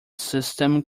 system